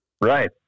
Right